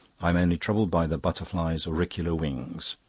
i am only troubled by the butterfly's auricular wings.